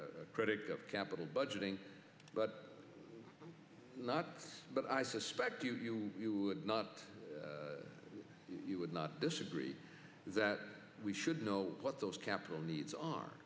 a critic of capital budgeting but i'm not but i suspect you would not you would not disagree that we should know what those capital needs are